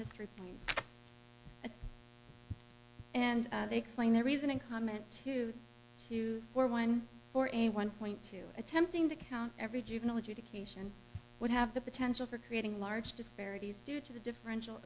history and they explain their reasoning common to two or one or a one point two attempting to count every juvenile adjudication would have the potential for creating large disparities due to the differential